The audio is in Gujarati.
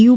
યુ